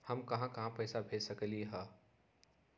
हम कहां कहां पैसा भेज सकली ह?